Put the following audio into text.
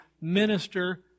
minister